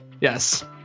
yes